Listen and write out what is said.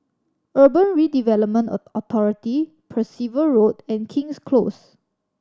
Urban Redevelopment Authority Percival Road and King's Close